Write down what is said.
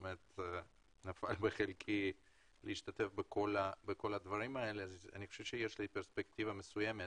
נפל בחלקי להשתתף בכל הדברים האלה ולדעתי יש לי פרספקטיבה מסוימת.